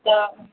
त